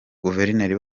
guverineri